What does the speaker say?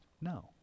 No